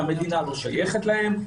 שהמדינה לא שייכת להם,